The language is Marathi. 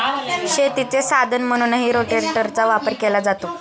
शेतीचे साधन म्हणूनही रोटेटरचा वापर केला जातो